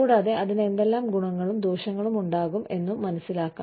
കൂടാതെ അതിന് എന്തെല്ലാം ഗുണങ്ങളും ദോഷങ്ങളുമുണ്ടാകും എന്നും മനസ്സിലാക്കാം